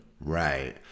Right